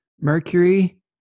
Mercury